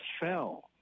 fell